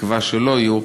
בתקווה שלא יהיו,